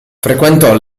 frequentò